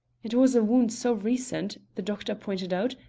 it was a wound so recent, the doctor pointed out,